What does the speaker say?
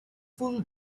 full